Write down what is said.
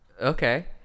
Okay